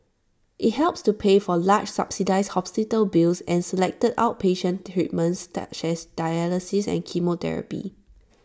IT helps to pay for large subsidised hospital bills and selected outpatient treatments such as dialysis and chemotherapy